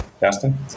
Dustin